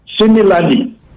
Similarly